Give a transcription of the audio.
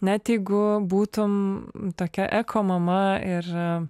net jeigu būtum tokia ekomama ir